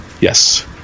yes